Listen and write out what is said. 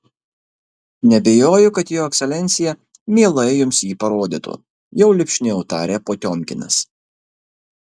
neabejoju kad jo ekscelencija mielai jums jį parodytų jau lipšniau tarė potiomkinas